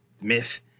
myth